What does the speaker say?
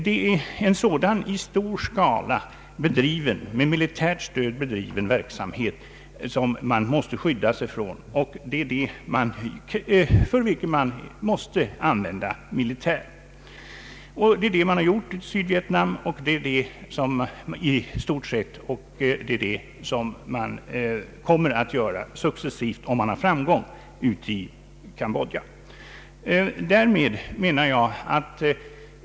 Det är en sådan i stor skala och med militärt stöd bedriven verksamhet som man måste skydda sig från, och det är för detta man måste använda militär. Det har man gjort i Sydvietnam, och det är det man kommer att göra om man har framgång i Cambodja.